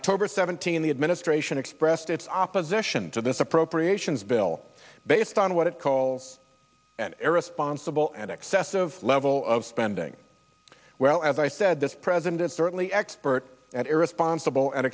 october seventeenth the administration expressed its opposition to this appropriations bill based on what it calls an irresponsible and excessive level of spending well as i said this president's certainly expert at irresponsible and